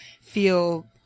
feel